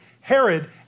Herod